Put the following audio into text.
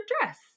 dress